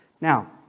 Now